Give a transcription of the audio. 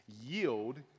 yield